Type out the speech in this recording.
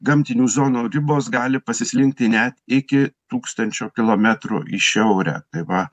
gamtinių zonų ribos gali pasislinkti net iki tūkstančio kilometrų į šiaurę tai va